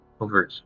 over